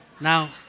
Now